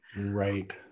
Right